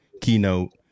keynote